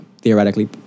theoretically